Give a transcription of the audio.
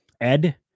Ed